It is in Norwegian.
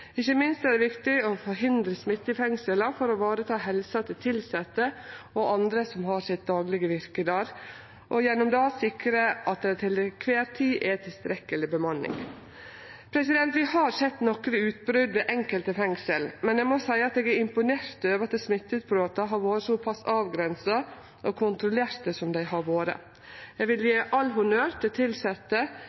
Ikkje minst er det viktig å forhindre smitte i fengsla for å vareta helsa til tilsette og andre som har sitt daglege virke der, og gjennom det sikre at det til kvar tid er tilstrekkeleg bemanning. Vi har sett nokre utbrot i enkelte fengsel, men eg må seie at eg er imponert over at smitteutbrota har vore sopass avgrensa og kontrollerte som dei har vore. Eg vil gje all honnør til tilsette